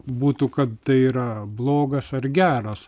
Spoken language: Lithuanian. būtų kad tai yra blogas ar geras